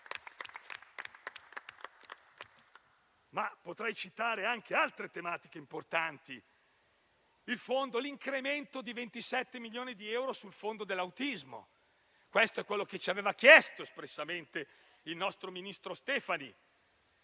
Potrei citare anche altre tematiche importanti come l'incremento di 27 milioni di euro del fondo per l'autismo. Questo è quanto ci aveva chiesto espressamente il nostro ministro Stefani